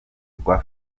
rwa